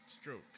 strokes